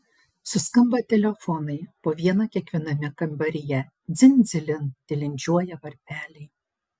suskamba telefonai po vieną kiekviename kambaryje dzin dzilin tilindžiuoja varpeliai